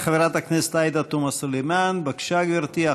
חברת הכנסת עאידה תומא סלימאן, בבקשה, גברתי.